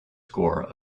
score